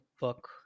book